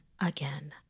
again